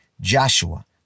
Joshua